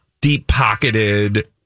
deep-pocketed